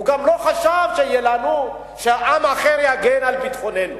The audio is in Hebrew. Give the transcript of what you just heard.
הוא גם לא חשב שעם אחר יגן על ביטחוננו.